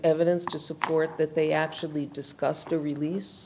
evidence to support that they actually discussed the release